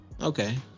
Okay